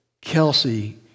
Kelsey